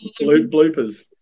Bloopers